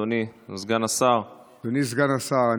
אדוני סגן השר.